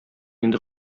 инде